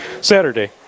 Saturday